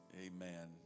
Amen